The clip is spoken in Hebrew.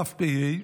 דף פ"ה,